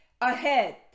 ahead